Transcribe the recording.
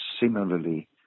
similarly